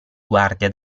guardia